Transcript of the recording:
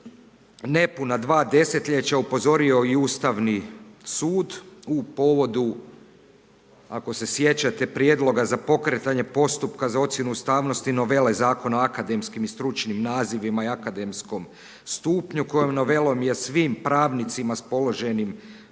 nepuna dva desetljeća upozorio i Ustavni sud u povodu ako se sjećate prijedloga za pokretanje postupka za ocjenu ustavnosti novele Zakona o akademskim i stručnim nazivima i akademskom stupnju kojom novelom je svim pravnicima s položenim